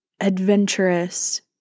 adventurous